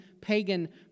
pagan